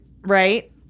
Right